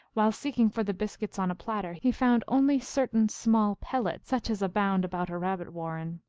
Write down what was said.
while seeking for the biscuits on a platter, he found only certain small pellets, such as abound about a rabbit warren.